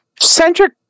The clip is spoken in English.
centric